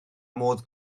modd